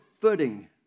footing